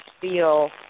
feel